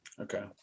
okay